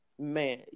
Man